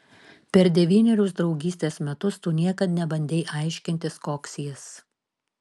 per devynerius draugystės metus tu niekad nebandei aiškintis koks jis